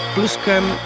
Pluscam